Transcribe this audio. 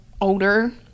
older